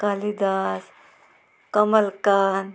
Kalidas कमलकान